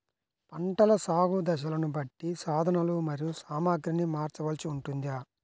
పంటల సాగు దశలను బట్టి సాధనలు మరియు సామాగ్రిని మార్చవలసి ఉంటుందా?